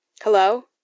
Hello